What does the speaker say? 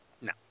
No